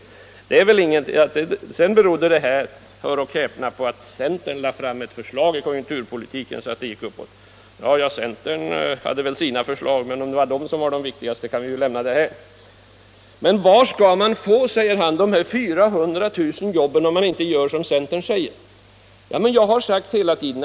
Vidare skulle konjunkturuppgången — hör och häpna — ha berott på att centern lade fram sådana konjunkturpolitiska förslag att utvecklingen vände uppåt. Centern hade väl i och för sig sina förslag, men om de var de viktigaste kan vi lämna därhän. Men var skall man, säger herr Antonsson, få de 400 000 jobben om man inte gör på det sätt som centern Allmänpolitisk debatt Allmänpolitisk debatt anvisar?